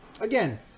again